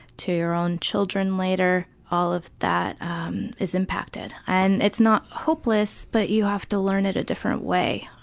to your own children later, all of that is impacted and it's not hopeless but you have to learn it a different way.